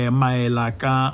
maelaka